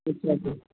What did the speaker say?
اس طرح سے